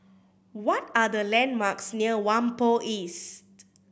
what are the landmarks near Whampoa East